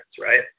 right